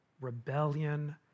rebellion